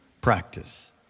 practice